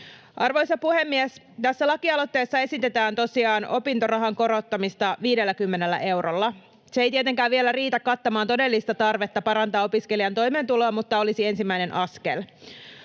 Arvoisa puhemies! Tässä lakialoitteessa esitetään tosiaan opintorahan korottamista 50 eurolla. Se ei tietenkään vielä riitä kattamaan todellista tarvetta parantaa opiskelijan toimeentuloa mutta olisi ensimmäinen askel.